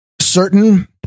certain